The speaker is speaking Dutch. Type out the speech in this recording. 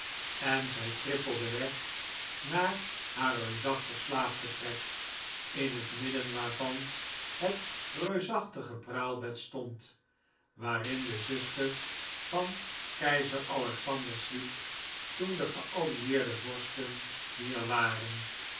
en zij trippelde weg naar haar reusachtig slaapvertrek in het midden waarvan het reusachtige praalbed stond waarin de zuster van keizer alexander sliep toen de geallieerde vorsten hier waren